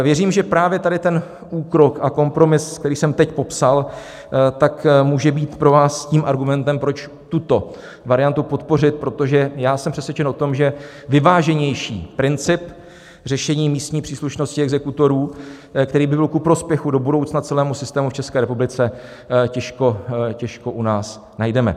Věřím, že právě tady ten úkrok a kompromis, který jsem teď popsal, může být pro vás argumentem, proč tuto variantu podpořit, protože já jsem přesvědčen o tom, že vyváženější princip řešení místní příslušnosti exekutorů, který by byl ku prospěchu do budoucna celému systému v České republice, těžko u nás najdeme